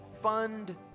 fund